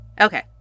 Okay